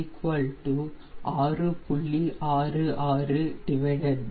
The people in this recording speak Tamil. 661 6